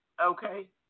Okay